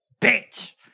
bitch